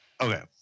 Okay